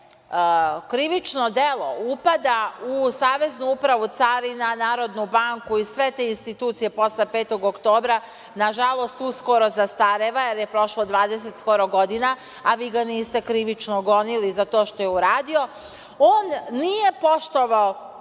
krivično delo upada u Saveznu upravu carinu, Narodnu banku i sve te institucije, posle 5. og oktobra, na žalost, uskoro zastareva, jer je prošlo skoro 20 godina, a vi ga niste krivično gonili, za to što je radio, on nije poštovao